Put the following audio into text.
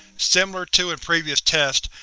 similar to in previous tests,